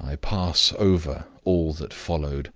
i pass over all that followed